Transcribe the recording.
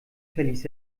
verließ